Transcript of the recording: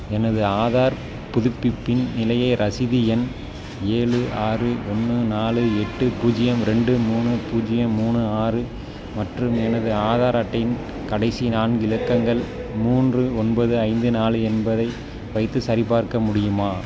எனது ஆதார் புதுப்பிப்பின் நிலையை ரசீது எண் ஏழு ஆறு ஒன்று நாலு எட்டு பூஜ்ஜியம் ரெண்டு மூணு பூஜ்ஜியம் மூணு ஆறு மற்றும் எனது ஆதார் அட்டையின் கடைசி நான்கு இலக்கங்கள் மூன்று ஒன்பது ஐந்து நாலு என்பதை வைத்து சரிபார்க்க முடியுமா